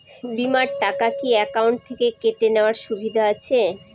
বিমার টাকা কি অ্যাকাউন্ট থেকে কেটে নেওয়ার সুবিধা আছে?